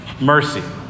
mercy